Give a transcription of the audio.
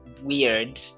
weird